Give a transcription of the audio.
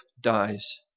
dies